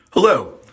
Hello